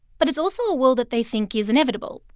but it's also a world that they think is inevitable,